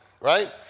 right